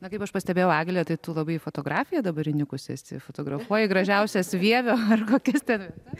na kaip aš pastebėjau egle tai tu labai į fotografiją dabar įnikus esi fotografuoji gražiausias vievio ar kokias ten vietas